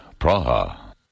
Praha